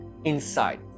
inside